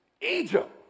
Egypt